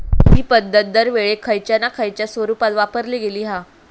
हि पध्दत दरवेळेक खयच्या ना खयच्या स्वरुपात वापरली गेली हा